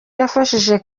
yafashije